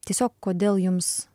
tiesiog kodėl jums